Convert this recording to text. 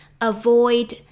avoid